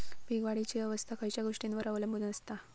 पीक वाढीची अवस्था खयच्या गोष्टींवर अवलंबून असता?